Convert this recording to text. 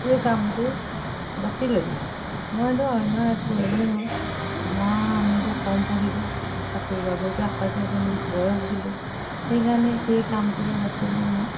এই কামটো বাছি ল'লোঁ মইতো অন্য একো কৰিব নোৱাৰো আমাৰ আমিতো কম পঢ়িলোঁ চাকৰি বাকৰিটো আশাই কৰিব নোৱাৰি বয়স গলে সেইকাৰণে এই কামটোকে বাচিলৈ মই